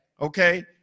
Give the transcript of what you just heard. Okay